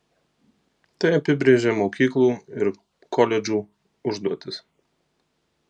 tai apibrėžia mokyklų ir koledžų užduotis